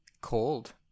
cold